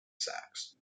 sacs